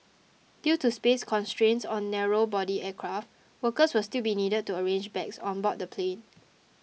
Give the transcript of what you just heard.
due to space constraints on narrow body aircraft workers will still be needed to arrange bags on board the plane